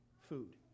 food